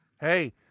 Hey